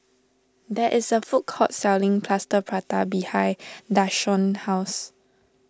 there is a food court selling Plaster Prata behind Deshawn's house